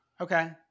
okay